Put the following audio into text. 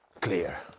clear